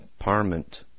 Parment